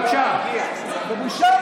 בבקשה, מיכל,